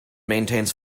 maintains